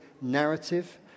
narrative